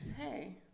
Hey